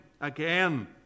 again